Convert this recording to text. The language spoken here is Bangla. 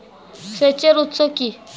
সেচের উৎস কি?